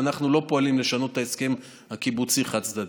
ואנחנו לא פועלים לשנות את ההסכם הקיבוצי חד-צדדית.